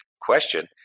question